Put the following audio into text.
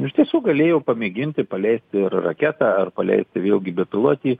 iš tiesų galėjo pamėginti paleisti raketą ar paleisti vėlgi bepilotį